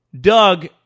Doug